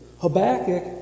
Habakkuk